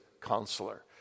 counselor